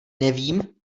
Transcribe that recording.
nevím